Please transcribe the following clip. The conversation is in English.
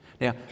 now